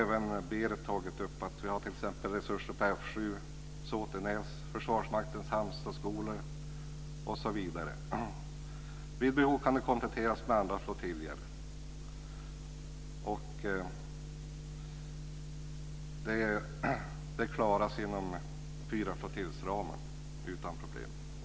Även Berit Jóhannesson har tagit upp att vi t.ex. har resurser på Vid behov kan det kompletteras med andra flottiljer. Det klaras inom fyraflottiljsramen, utan problem.